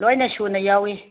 ꯂꯣꯏꯅ ꯁꯨꯅ ꯌꯥꯎꯔꯤ